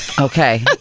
Okay